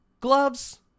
Gloves